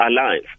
alive